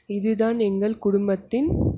இதுதான் எங்கள் குடும்பத்தின்